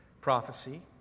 prophecy